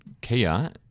Kia –